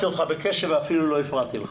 שלום לכולם, היום יום שלישי, ד' בתשרי התשפ"א,